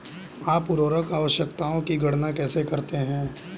आप उर्वरक आवश्यकताओं की गणना कैसे करते हैं?